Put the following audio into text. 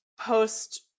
post